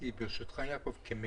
תודה רבה, יושב-ראש הוועדה, חבר הכנסת